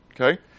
Okay